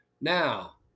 Now